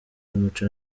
w’umuco